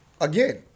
again